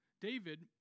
David